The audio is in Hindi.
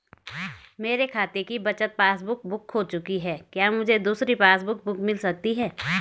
मेरे खाते की बचत पासबुक बुक खो चुकी है क्या मुझे दूसरी पासबुक बुक मिल सकती है?